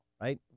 right